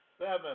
seven